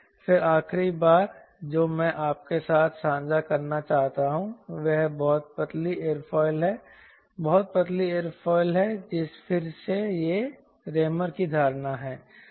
फिर आखिरी बार जो मैं आपके साथ साझा करना चाहता हूं वह बहुत पतली एयरोफिल है बहुत पतली एयरोफिल है फिर से यह रेमर की धारणा है